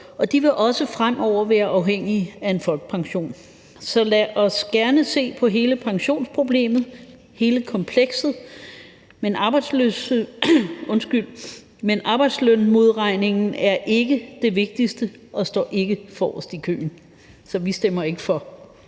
de vil også fremover være afhængige af en folkepension. Så lad os gerne se på hele pensionsproblemet, hele komplekset, men arbejdslønmodregningen er ikke det vigtigste og står ikke forrest i køen, så vi stemmer ikke for.